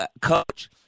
coach